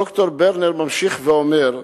ד"ר ברנר ממשיך ואומר: